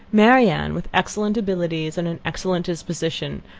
marianne, with excellent abilities and an excellent disposition,